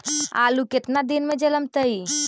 आलू केतना दिन में जलमतइ?